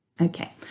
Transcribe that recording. Okay